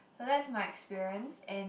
so that's my experience and